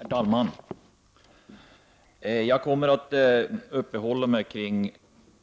Herr talman! Jag kommer att uppehålla mig vid